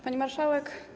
Pani Marszałek!